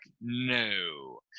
no